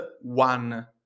one